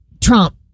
Trump